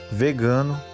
vegano